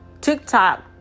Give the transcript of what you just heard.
TikTok